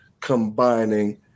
combining